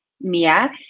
Mia